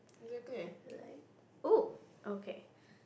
!oo! okay